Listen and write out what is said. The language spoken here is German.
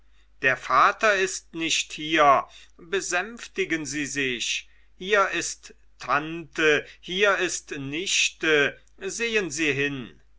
der vater ist nicht hier besänftigen sie sich hier ist tante hier ist nichte sehen sie hin